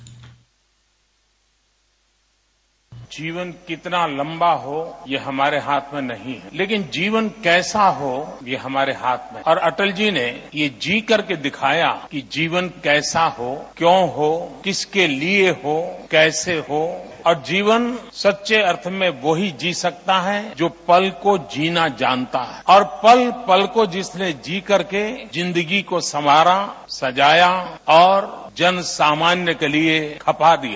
bite जीवन कितना लंबा हो यह हमरो हाथ में नहीं लेकिन जीवन कैसा हो यह हमारे हाथ में है और अटल जी ने यह जी करके दिखाया कि जीवन कैसा हो क्यों हो किसके लिए हो कैसे हो और जीवन सच्चे अर्थो में वही जी सकता है जो पल को जीना जानता हो और पल पल को जिसने जी करके जिन्दगी को संवारा सजाया और जनसामान्य के लिए खपा दी